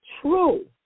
true